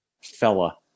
Fella